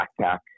backpack